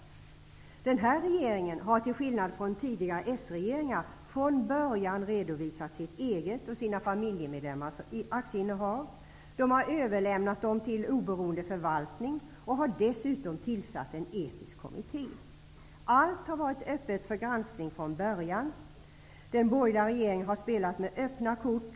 Statsråden i den här regeringen har, till skillnad från tidigare socialdemokratiska regeringar, från början redovisat sitt eget och sina familjemedlemmars aktieinnehav. De har överlämnat dem till oberoende förvaltning. Dessutom har regeringen tillsatt en etisk kommitté. Allt har varit öppet för granskning från början. Den borgerliga regeringen har spelat med öppna kort.